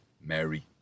Mary